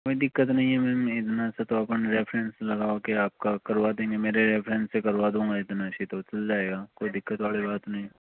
कोई दिक्कत नहीं है मैम इतना से तो अपन रिफ्रेंस लगा के आपका करवा देंगे मेरे रिफ्रेंस से करवा दूँगा इतना से तो चल जाएगा कोई दिक्कत वाली बात नहीं